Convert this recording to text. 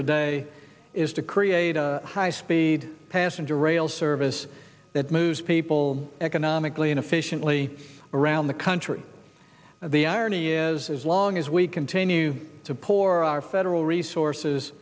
today is to create a high speed passenger rail service that moves people economically and efficiently around the country and the irony is as long as we continue to pour our federal resources